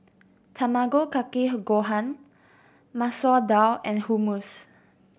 Tamago Kake Gohan Masoor Dal and Hummus